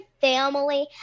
family